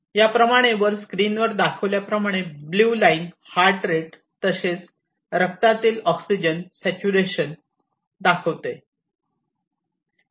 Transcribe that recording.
याप्रमाणे वर स्क्रीन वर दाखवल्याप्रमाणे ब्ल्यू लाईन हार्ट रेट तसेच रक्तातील ऑक्सिजन स्टॅच्यूरेशन दाखविते